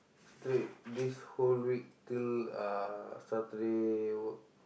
straight this whole week till uh Saturday work